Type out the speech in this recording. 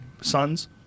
sons